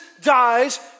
dies